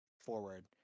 forward